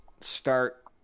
start